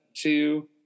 two